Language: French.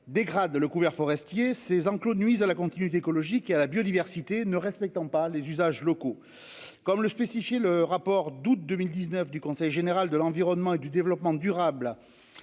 Dégradent le couvert forestier ces enclos nuisent à la continuité écologique et à la biodiversité ne respectant pas les usages locaux comme le spécifier. Le rapport d'août 2019 du conseil général de l'environnement et du développement durable